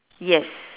yes